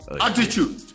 Attitude